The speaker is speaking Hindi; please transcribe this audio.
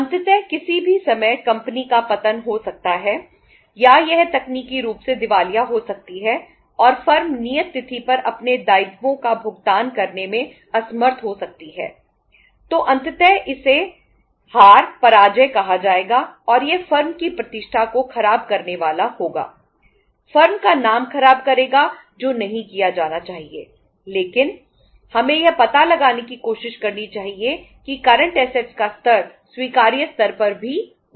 अंततः किसी भी समय कंपनी का स्तर स्वीकार्य स्तर पर भी होना चाहिए